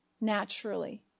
naturally